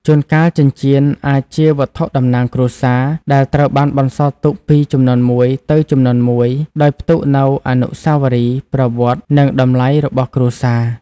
ជួនកាល ចិញ្ចៀនអាចជា វត្ថុតំណាងគ្រួសារ ដែលត្រូវបានបន្សល់ទុកពីជំនាន់មួយទៅជំនាន់មួយ ដោយផ្ទុកនូវអនុស្សាវរីយ៍ ប្រវត្តិ និងតម្លៃរបស់គ្រួសារ។